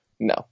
No